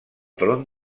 tron